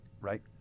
right